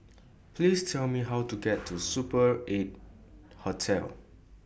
Please Tell Me How to get to Super eight Hotel